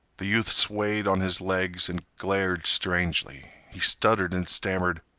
the youth swayed on his legs and glared strangely. he stuttered and stammered.